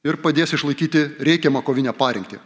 ir padės išlaikyti reikiamą kovinę parengtį